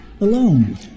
alone